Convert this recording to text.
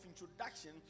introduction